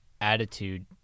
attitude